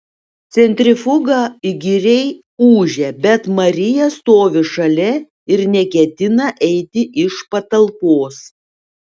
centrifuga įkyriai ūžia bet marija stovi šalia ir neketina eiti iš patalpos